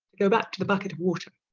go back to the bucket of water